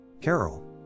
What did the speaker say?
Carol